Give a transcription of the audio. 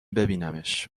ببینمش